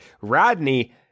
rodney